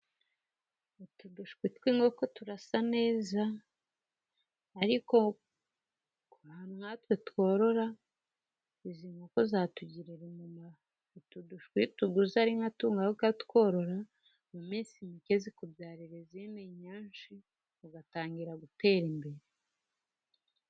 Utu dushwi tw'inkoko turasa neza, ariko nka twe tworora, izi nkoko zatugirira umumaro. Utu dushwi iyo utuguze ari nka tungahe ukatworora, mu minsi mike zikubyarira izindi nyinshi, ugatangira gutera imbere.